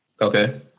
okay